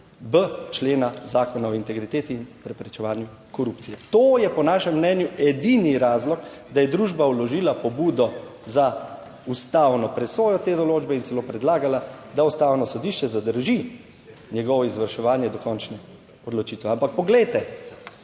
člena Zakona o integriteti in preprečevanju korupcije. To je po našem mnenju edini razlog, da je družba vložila pobudo za ustavno presojo te določbe in celo predlagala, da Ustavno sodišče zadrži njegovo izvrševanje do končne odločitve. Ampak poglejte,